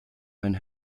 ein